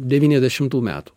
devyniasdešimtų metų